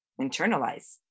internalize